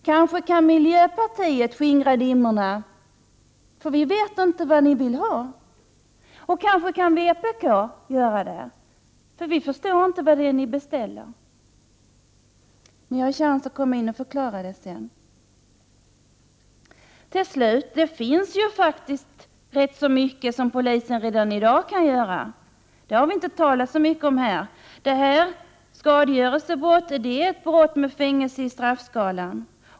Kanske kan miljöpartiet skingra dimmorna — vi vet inte vad ni vill ha. Kanske kan vpk skingra dimmorna — vi förstår inte vad ni beställer. Ni har chans att förklara det. Till slut finns det faktiskt rätt mycket som polisen redan i dag kan göra. Det har vi inte talat så mycket om. Skadegörelsebrottet är ett brott med fängelse i straffskalan.